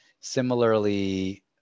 similarly